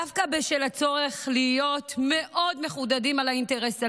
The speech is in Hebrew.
דווקא בשל הצורך להיות מאוד מחודדים על האינטרס הלאומי,